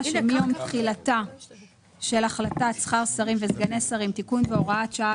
שמיום תחילתה של החלטת שכר שרים וסגני שרים (תיקון והוראת שעה),